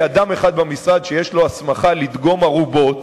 אדם אחד במשרד שיש לו הסמכה לדגום ארובות,